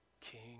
king